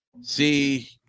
see